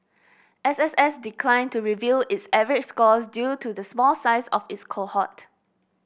S S S declined to reveal its average scores due to the small size of its cohort